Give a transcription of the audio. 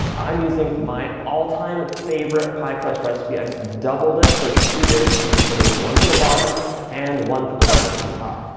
i'm using my all-time favorite pie crust recipe. i just doubled it for two discs because i need one for the bottom and one for the lattice on top.